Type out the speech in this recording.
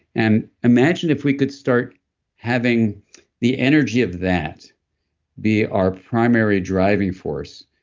and imagine if we could start having the energy of that be our primary driving force,